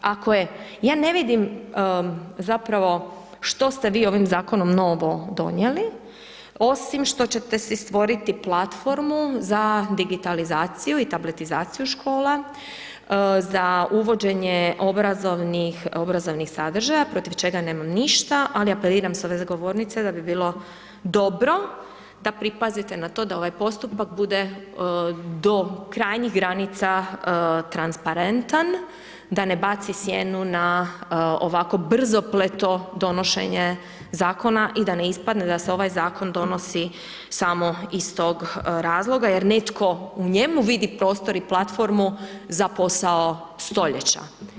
Ja ne vidim zapravo, što ste vi ovim zakonom novo donijeli, osim što ćete si stvoriti platformu za digitalizaciju i tabletizaciju škola, za uvođenje obrazovnih sadržaja, protiv čega nemam ništa, ali apeliram s ove govornice da bi bilo dobro da pripazite na to ovaj postupak bude do krajnjih granica transparentan, da ne baci sjenu na ovako brzopleto donošenje zakona i da ne ispadne da se ovaj zakon donosi samo iz tog razloga jer netko u njemu vidi prostor i platformu za posao stoljeća.